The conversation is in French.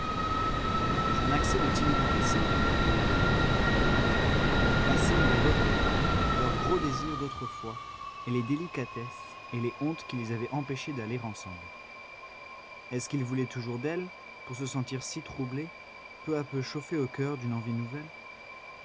mais un accès de timidité singulière l'interrompit leur passé lui revenait leurs gros désirs d'autrefois et les délicatesses et les hontes qui les avaient empêchés d'aller ensemble est-ce qu'il voulait toujours d'elle pour se sentir si troublé peu à peu chauffé au coeur d'une envie nouvelle